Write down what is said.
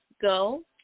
go